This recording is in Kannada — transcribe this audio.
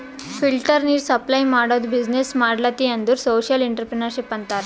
ಫಿಲ್ಟರ್ ನೀರ್ ಸಪ್ಲೈ ಮಾಡದು ಬಿಸಿನ್ನೆಸ್ ಮಾಡ್ಲತಿ ಅಂದುರ್ ಸೋಶಿಯಲ್ ಇಂಟ್ರಪ್ರಿನರ್ಶಿಪ್ ಅಂತಾರ್